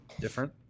different